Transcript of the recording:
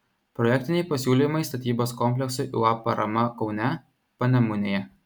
projektiniai pasiūlymai statybos kompleksui uab parama kaune panemunėje